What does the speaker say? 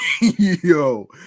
yo